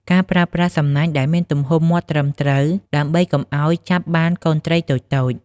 ការប្រើប្រាស់សំណាញ់ដែលមានទំហំមាត់ត្រឹមត្រូវ ដើម្បីកុំឲ្យចាប់បានកូនត្រីតូចៗ។